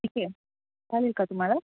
ठीक आहे चालेल का तुम्हाला